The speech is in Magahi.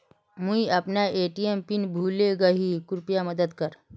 मुई अपना ए.टी.एम पिन भूले गही कृप्या मदद कर